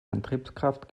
antriebskraft